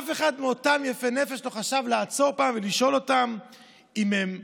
אף אחד מאותם יפי נפש לא חשב לעצור פעם ולשאול אותם אם הם לומדים,